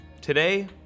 Today